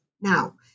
Now